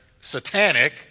satanic